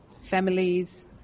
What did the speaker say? families